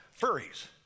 Furries